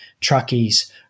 truckies